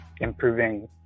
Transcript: improving